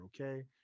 Okay